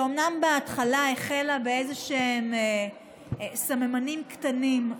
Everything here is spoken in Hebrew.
אומנם בהתחלה היא החלה באיזשהם סממנים קטנים.